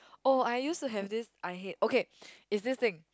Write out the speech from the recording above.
oh I used to have this I hate okay is this thing